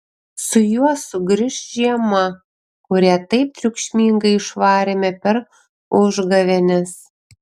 su juo sugrįš žiema kurią taip triukšmingai išvarėme per užgavėnes